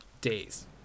days